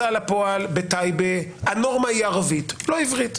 לפועל בטייבה הנורמה היא ערבית, לא עברית.